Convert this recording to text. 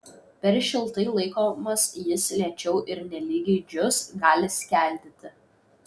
per šiltai laikomas jis lėčiau ir nelygiai džius gali skeldėti